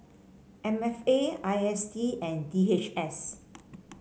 M F A I S D and D H S